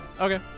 Okay